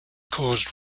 caused